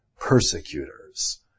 persecutors